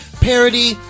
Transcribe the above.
parody